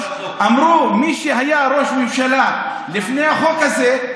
בסעיף 3 אמרו: מי שהיה ראש ממשלה לפני החוק הזה,